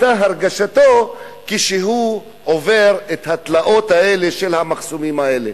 מה היתה הרגשתו כשהוא עובר את התלאות האלה של המחסומים האלה.